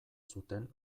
zuten